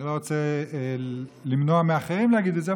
אני לא רוצה למנוע מאחרים להגיד את זה,